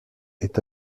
est